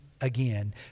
again